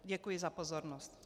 Děkuji za pozornost.